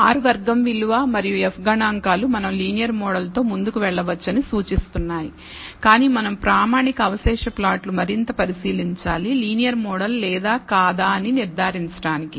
R వర్గం విలువ మరియు f గణాంకాలు మనం లీనియర్ మోడల్ తో ముందుకు వెళ్ళవచ్చని సూచిస్తున్నాయి కాని మనం ప్రామాణిక అవశేష ప్లాట్లు మరింత పరిశీలించాలి లీనియర్ మోడల్ లేదా కాదా అని నిర్ధారించడానికి